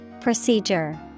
Procedure